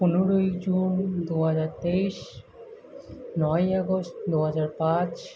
পনেরোই জুন দু হাজার তেইশ নয়ই আগস্ট দু হাজার পাঁচ